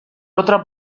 otra